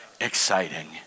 exciting